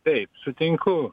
taip sutinku